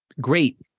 great